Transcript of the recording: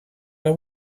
are